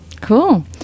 Cool